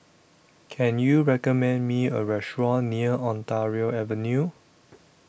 Can YOU recommend Me A Restaurant near Ontario Avenue